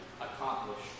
accomplished